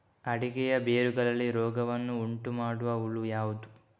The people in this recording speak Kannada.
ಅಡಿಕೆಯ ಬೇರುಗಳಲ್ಲಿ ರೋಗವನ್ನು ಉಂಟುಮಾಡುವ ಹುಳು ಯಾವುದು?